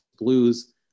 Blues